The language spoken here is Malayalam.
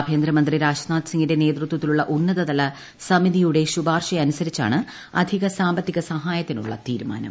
ആഭൃന്തര മന്ത്രി രാജ്നാഥ് സിംഗിന്റെ നേതൃത്വത്തിലുള്ള ഉന്നത തല സമിതിയുടെ ശുപാർശയനുസരിച്ചാണ് അധിക സാമ്പത്തിക സഹായത്തിനുള്ള തീരുമാനം